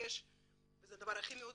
שמתבקש וזה הדבר הכי בסיסי.